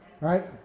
right